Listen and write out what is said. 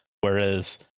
Whereas